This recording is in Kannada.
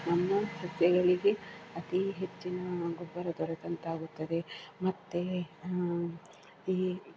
ನಮ್ಮ ಸಸ್ಯಗಳಿಗೆ ಅತಿ ಹೆಚ್ಚಿನ ಗೊಬ್ಬರ ದೊರೆತಂತಾಗುತ್ತದೆ ಮತ್ತು ಈ